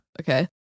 Okay